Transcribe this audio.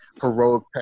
heroic